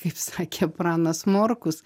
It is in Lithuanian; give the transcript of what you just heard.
kaip sakė pranas morkus